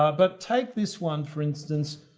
ah but take this one for instance.